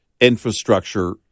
infrastructure